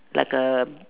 like a